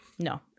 No